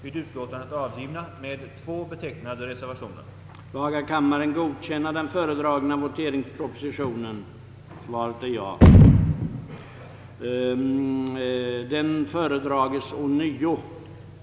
skulle vi ge upp den grund på vilken vi alla står, nämligen oinskränkt föreningsfrihet, pressfrihet etc.